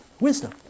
Wisdom